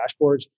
dashboards